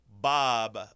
Bob